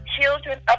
children